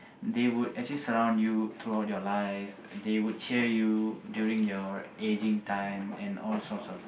they would actually surround you throughout your life they would cheer you during your aging time and all sorts of thing